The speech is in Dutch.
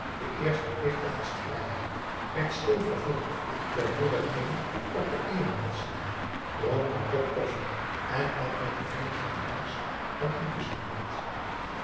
de eerste plicht der gastvrijheid werd stil vervuld de moeder ging op de eeremat zitten dronk een kop aum boe akar eel koffie en at met de vingers wat rijst uit een pisangblad